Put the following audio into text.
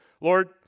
Lord